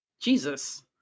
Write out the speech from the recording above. Jesus